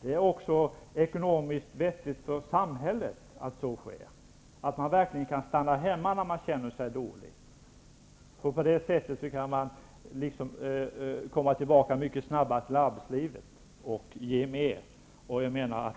Det är ekonomiskt vettigt för samhället att man verkligen kan stanna hemma när man känner sig dålig. På det sättet kan man komma tillbaka mycket snabbare till arbetslivet och ge mer.